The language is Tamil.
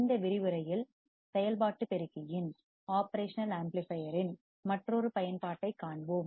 இந்த விரிவுரையில் செயல்பாட்டு பெருக்கியின் ஒப்ரேஷனல்ஆம்ப்ளிபையர் இன் மற்றொரு பயன்பாட்டைக் காண்போம்